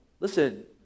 Listen